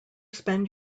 spend